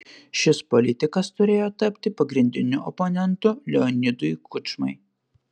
šis politikas turėjo tapti pagrindiniu oponentu leonidui kučmai